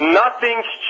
nothing's